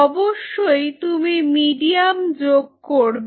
অবশ্যই তুমি মিডিয়াম যোগ করবে